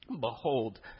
Behold